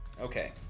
okay